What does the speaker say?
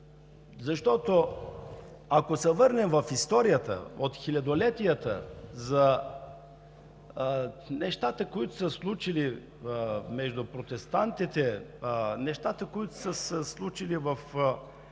Защото, ако се върнем в историята, в хилядолетията, за нещата, които са се случили между протестантите, нещата, които са се случили в